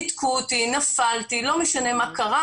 ניתקו אותי, נפלתי, לא משנה מה קרה